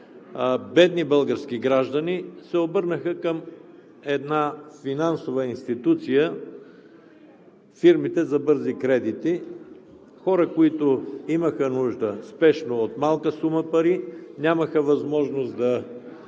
бедни български граждани се обърнаха към една финансова институция – фирмите за бързи кредити. Хората, които имаха нужда спешно от малка сума пари, нямаха възможност да